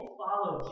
follow